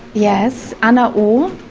yes, anna o,